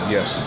Yes